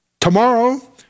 Tomorrow